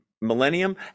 millennium